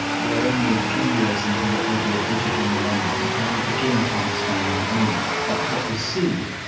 we are only a few years into what will be a digital millennium, we can only begin to understand what it means. but what we see,